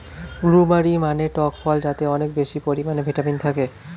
blueberry মানে টক ফল যাতে অনেক বেশি পরিমাণে ভিটামিন থাকে